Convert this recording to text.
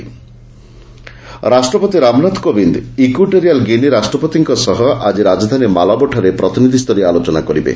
ପ୍ରେଜ୍ ଭିଜିଟ୍ ରାଷ୍ଟ୍ରପତି Ram Nath Kovind Equatorial Guinea ରାଷ୍ଟ୍ରପତିଙ୍କ ସହ ଆକ୍କି ରାଜଧାନୀ ମାଲାବୋଠାରେ ପ୍ରତିନିଧିସ୍ତରୀୟ ଆଲୋଚନା କରିବେ